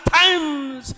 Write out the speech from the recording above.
times